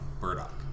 Burdock